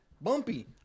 bumpy